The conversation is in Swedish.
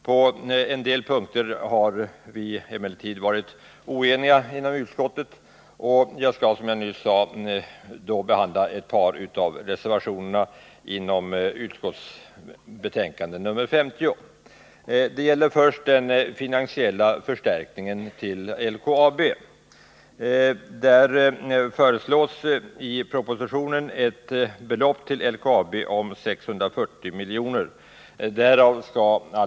På en del punkter har vi emellertid varit oeniga inom utskottet, och jag skall, som jag nyss sade, behandla ett par av reservationerna till utskottsbetänkandet 50. Det jag först vill ta upp gäller den finansiella förstärkningen av LKAB. I propositionen föreslås ett belopp om 640 milj.kr. att tillfalla LKAB.